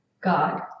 God